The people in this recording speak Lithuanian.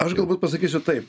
aš galbūt pasakysiu taip